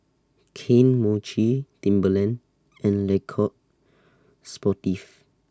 Kane Mochi Timberland and Le Coq Sportif